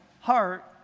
heart